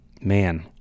Man